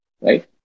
Right